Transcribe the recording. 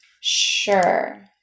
Sure